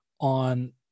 on